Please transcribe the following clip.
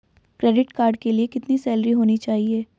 Credit card के लिए कितनी सैलरी होनी चाहिए?